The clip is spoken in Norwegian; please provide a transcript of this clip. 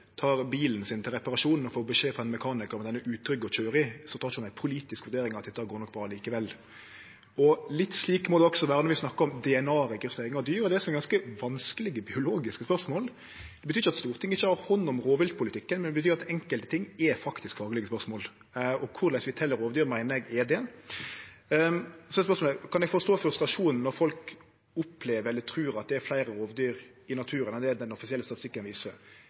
bilen sin til reparasjon og får beskjed frå mekanikaren om at bilen er utrygg å kjøre, tek ho ikkje ei politisk vurdering av at dette går nok bra likevel. Litt slik må det også vere når vi snakkar om DNA-registrering av dyr, og det som er ganske vanskelege biologiske spørsmål. Det betyr ikkje at Stortinget ikkje har hand om rovviltpolitikken, men det betyr at enkelte ting er faktisk faglege spørsmål. Korleis vi tel rovdyr, meiner eg er det. Så er spørsmålet om eg kan forstå frustrasjonen når folk opplever eller trur at det er fleire rovdyr i naturen enn det den offisielle statistikken viser.